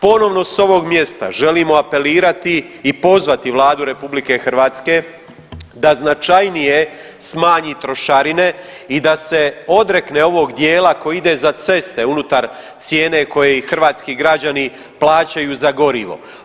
Ponovno s ovog mjesta želimo apelirati i pozvati Vladu RH da značajnije smanji trošarine i da se odrekne ovog dijela koji ide za ceste unutar cijene koje i hrvatski građani plaćaju za gorivo.